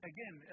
Again